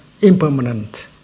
impermanent